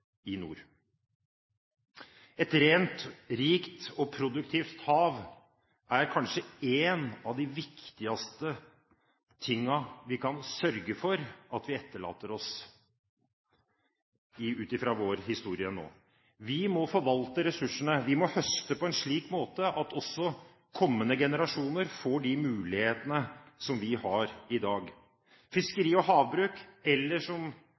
nord. Et rent, rikt og produktivt hav er kanskje en av de viktigste tingene vi kan sørge for at vi etterlater oss – ut fra vår historie. Vi må forvalte ressursene. Vi må høste på en slik måte at også kommende generasjoner får de mulighetene som vi har i dag. Fiskeri og havbruk, eller som